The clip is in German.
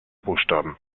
buchstaben